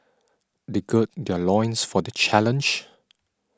they gird their loins for the challenge